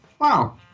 Wow